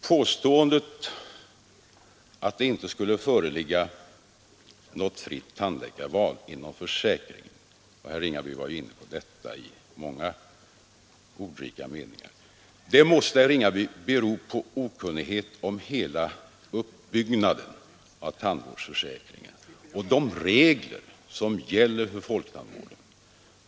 Påståendet att det inte skulle föreligga något fritt tandläkarval inom försäkringen måste bero på okunnighet om hela uppbyggnaden av tandvårdsförsäkringen och de regler som gäller för folktandvården.